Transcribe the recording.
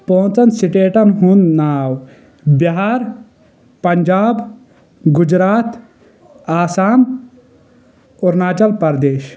پانٛژن سٹیٹن ہُنٛد ناو بِہار پنٛجاب گُجرات آسام اورناچل پردیش